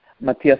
Matias